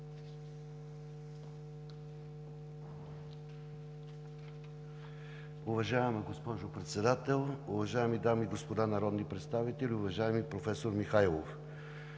Уважаема госпожо Председател, уважаеми дами и господа народни представители! Уважаеми професор Михайлов,